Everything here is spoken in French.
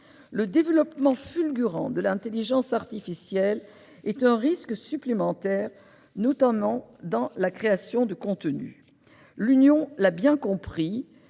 Le développement fulgurant de l'intelligence artificielle est un risque supplémentaire, notamment dans la création de contenus. L'Union européenne l'a bien compris,